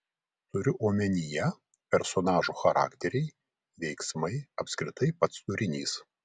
turiu omenyje personažų charakteriai veiksmai apskritai pats turinys